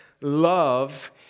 love